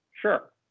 Sure